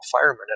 firemen